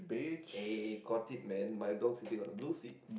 eh got it man my dog is sitting on the blue seat